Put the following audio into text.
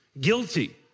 Guilty